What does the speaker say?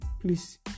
Please